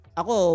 ako